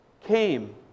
came